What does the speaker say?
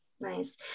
Nice